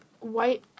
white